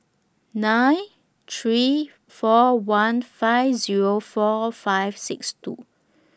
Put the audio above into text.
nine three four one five Zero four five six two